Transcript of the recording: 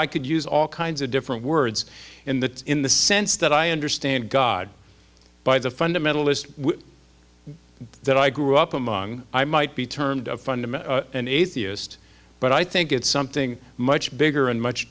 i could use all kinds of different words in that in the sense that i understand god by the fundamentalist that i grew up among i might be termed a fundamental an atheist but i think it's something much bigger and much